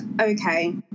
okay